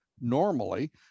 normally